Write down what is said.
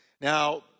Now